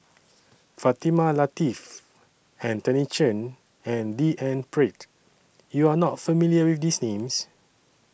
Fatimah Lateef Anthony Chen and D N Pritt YOU Are not familiar with These Names